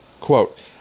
Quote